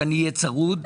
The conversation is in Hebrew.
שאני אהיה צרוד,